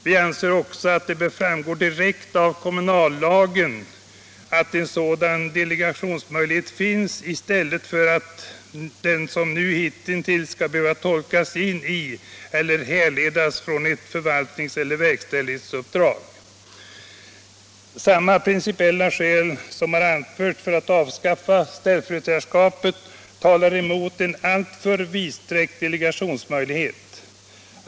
Vi anser också att det bör framgå direkt av kommunallagen att en sådan delegationsmöjlighet finns i stället för att den som hittills skall behöva ”tolkas in i” eller härledas från ett förvaltnings eller verkställighetsuppdrag. Samma principiella skäl som har anförts för att avskaffa ställföreträdarskapet talar emot en alltför vidsträckt delegationsmöjlighet.